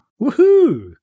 woohoo